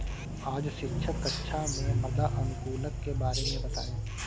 आज शिक्षक कक्षा में मृदा अनुकूलक के बारे में बताएं